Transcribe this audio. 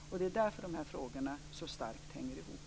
Därför hänger de här frågorna så starkt ihop.